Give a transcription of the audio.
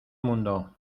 mundo